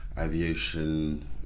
Aviation